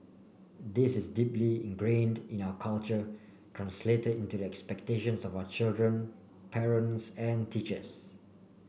this is deeply ingrained in our culture translated into the expectations of our children parents and teachers